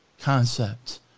concept